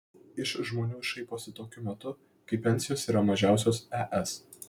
iš žmonių šaiposi tokiu metu kai pensijos yra mažiausios es